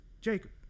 Jacob